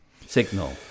signal